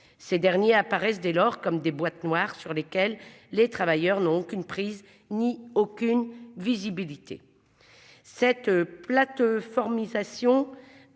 Ces derniers apparaissent dès lors comme des boîtes noires sur lesquelles les travailleurs n'ont aucune prise ni aucune visibilité. Cette. Plateforme nisation.